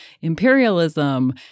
imperialism